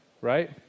right